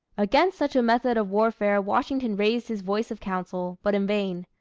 against such a method of warfare washington raised his voice of counsel, but in vain.